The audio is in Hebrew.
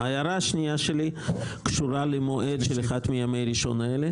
ההערה השנייה שלי קשורה למועד של אחד מימי ראשון אלה.